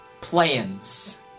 plans